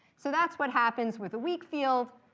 so that's what happens with a weak field.